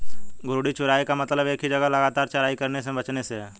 घूर्णी चराई का मतलब एक ही जगह लगातार चराई करने से बचने से है